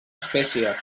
espècie